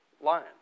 lion